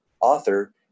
author